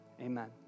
amen